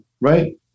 right